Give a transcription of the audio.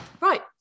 right